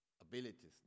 abilities